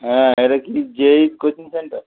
হ্যাঁ এটা কি জেইই কোচিং সেন্টার